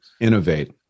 Innovate